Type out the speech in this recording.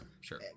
sure